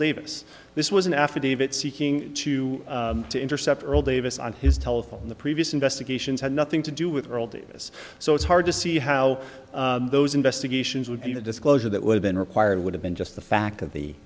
davis this was an affidavit seeking to to intercept earl davis on his telephone the previous investigations had nothing to do with the old days so it's hard to see how those investigations would be the disclosure that would have been required would have been just the fact of the